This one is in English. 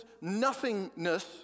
nothingness